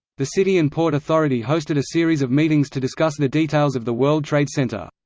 the city and port authority hosted a series of meetings to discuss the details of the world trade center.